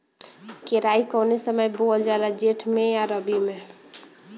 केराई कौने समय बोअल जाला जेठ मैं आ रबी में?